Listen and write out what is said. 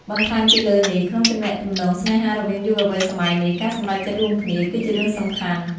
បន្ថែមពីលើនេះ ក្នុងទំនាក់ទំនងស្នេហារបស់យុវវ័យសម័យនេះ ការសម្រេចចិត្តរួមគ្នា គឺជារឿងសំខាន់។